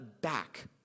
back